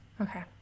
Okay